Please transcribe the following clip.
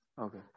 okay